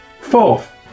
Fourth –